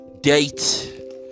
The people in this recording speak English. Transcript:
date